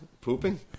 Pooping